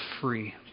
free